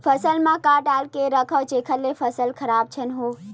फसल म का डाल के रखव जेखर से फसल खराब झन हो?